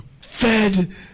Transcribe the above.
Fed